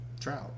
trout